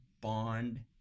Bond